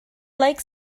like